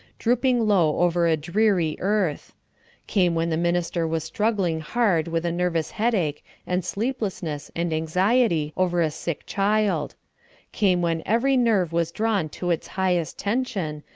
drooping low over a dreary earth came when the minister was struggling hard with a nervous headache and sleeplessness and anxiety over a sick child came when every nerve was drawn to its highest tension,